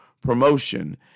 promotion